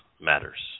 matters